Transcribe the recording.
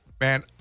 man